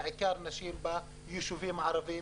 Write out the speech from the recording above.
בעיקר נשים ביישובים הערביים,